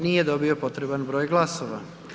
Nije dobio potreban broj glasova.